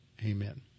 amen